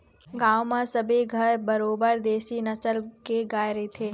गांव म सबे घर बरोबर देशी नसल के गाय रहिथे